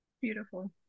Beautiful